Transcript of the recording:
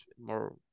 more